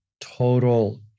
total